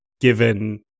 given